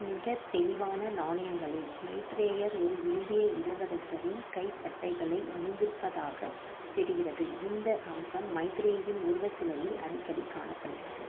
மிகத் தெளிவான நாணயங்களில் மைத்ரேயர் ஒரு இந்திய இளவரசரின் கைப்பட்டைகளை அணிந்திருப்பதாகத் தெரிகிறது இந்த அம்சம் மைத்ரேயின் உருவச்சிலையில் அடிக்கடி காணப்படுகிறது